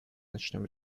начнем